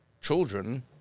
children